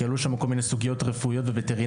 כי עלו שם כל מיני סוגיות רפואיות ווטרינריות,